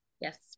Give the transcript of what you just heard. Yes